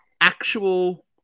actual